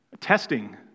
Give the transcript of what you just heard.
Testing